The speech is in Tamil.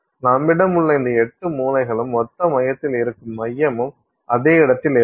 நம்மிடம் உள்ள இந்த 8 மூலைகளிலும் ஒத்த மையத்தில் இருக்கும் மையமும் அதே இடத்தில் இருக்கும்